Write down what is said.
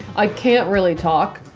i can't really talk,